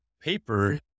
paper